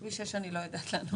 בכביש 6 אני לא יודעת לענות.